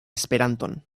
esperanton